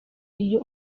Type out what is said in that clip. iyo